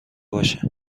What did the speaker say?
باشه